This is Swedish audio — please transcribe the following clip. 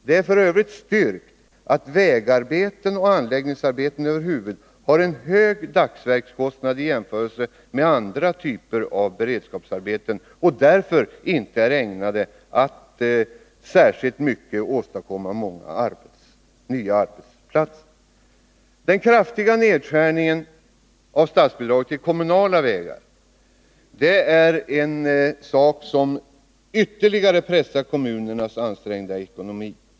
Det är f. ö. styrkt att vägarbeten och anläggningsarbeten över huvud har en hög dagsverkskostnad i jämförelse med andra typer av beredskapsarbeten och därför inte är ägnade att åstadkomma särskilt många nya arbetsplatser. Den kraftiga nedskärningen av statsbidraget till kommunala vägar är något som ytterligare pressar kommunernas ansträngda ekonomi.